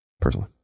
personally